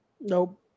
Nope